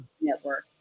network